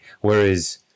Whereas